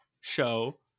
show